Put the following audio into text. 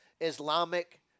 Islamic